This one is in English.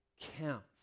counts